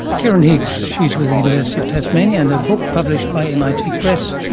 kerryn higgs. she's with the university of tasmania and her book, published by mit press,